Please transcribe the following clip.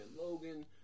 Logan